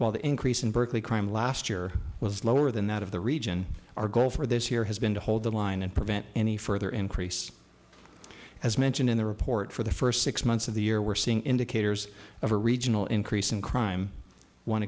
while the increase in berkeley crime last year was lower than that of the region our goal for this year has been to hold the line and prevent any further increase as mentioned in the report for the first six months of the year we're seeing indicators of a regional increase in crime one